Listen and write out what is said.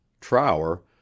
Trower